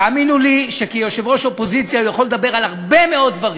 תאמינו לי שכיושב-ראש אופוזיציה הוא יכול לדבר על הרבה מאוד דברים,